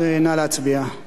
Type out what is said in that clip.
נא להצביע.